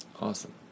Awesome